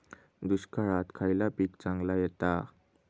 दुष्काळात खयला पीक चांगला येता?